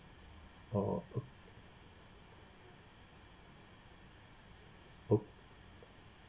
oh